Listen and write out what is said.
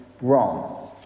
wrong